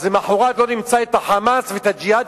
אז מאחור לא נמצא את ה"חמאס" ואת "הג'יהאד